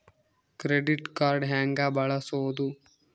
Credit card ಹೆಂಗ ಬಳಸೋದು?